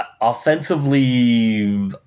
Offensively